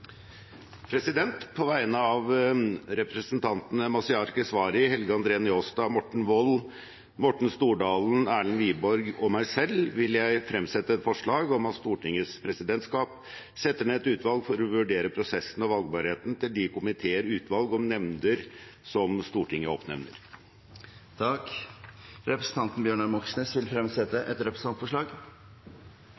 På vegne av representantene Mazyar Keshvari, Helge André Njåstad, Morten Wold, Morten Stordalen, Erlend Wiborg og meg selv vil jeg fremsette et forslag om at Stortingets presidentskap setter ned et utvalg for å vurdere prosessen og valgbarheten til de komiteer, utvalg og nemnder som Stortinget oppnevner. Representanten Bjørnar Moxnes vil fremsette